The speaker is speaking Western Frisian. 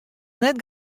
net